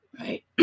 right